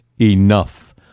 enough